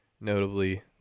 Notably